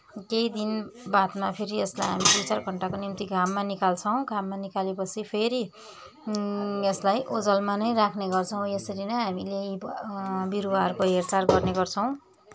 केही दिन बादमा फेरि यसलाई हामी दुई चार घन्टाको निम्ति घाममा निकाल्छौँ घाममा निकालेपछि फेरि यसलाई ओझेलमा नै राख्ने गर्छौँ यसरी नै हामीले बिरुवाहरूको हेरचाह गर्ने गर्छौँ